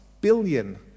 billion